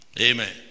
Amen